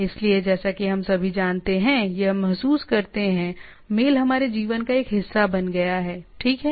इसलिए जैसा कि हम सभी जानते हैं या महसूस करते हैं मेल हमारे जीवन का एक हिस्सा बन गया है ठीक है